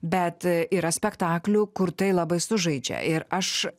bet yra spektaklių kur tai labai sužaidžia ir aš